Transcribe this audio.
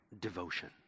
devotion